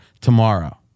tomorrow